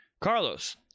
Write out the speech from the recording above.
Carlos